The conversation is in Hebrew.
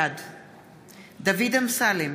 בעד דוד אמסלם,